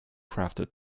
crafted